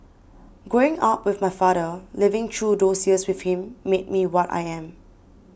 growing up with my father living through those years with him made me what I am